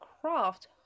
craft